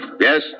Yes